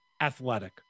athletic